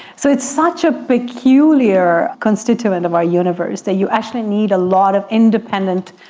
so it's such a peculiar constituent of our universe that you actually need a lot of independent,